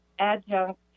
adjunct